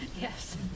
Yes